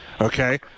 Okay